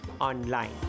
online